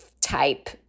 type